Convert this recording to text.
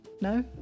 No